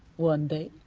one day?